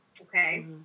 Okay